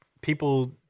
people